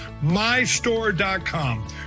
MyStore.com